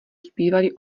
zpívali